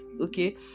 Okay